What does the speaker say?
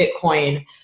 Bitcoin